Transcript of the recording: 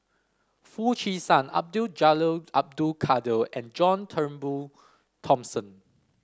Foo Chee San Abdul Jalil Abdul Kadir and John Turnbull Thomson